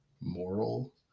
moral